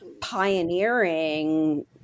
pioneering